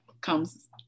comes